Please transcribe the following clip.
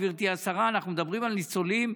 גברתי השרה: אנחנו מדברים על ניצולים,